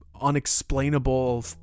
unexplainable